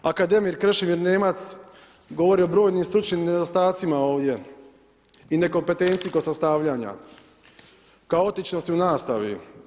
Akademik Krešimir Nemac govori o brojnim stručnim nedostacima ovdje i nekompetenciji kod sastavljanja, kaotičnosti u nastavi.